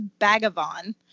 Bagavon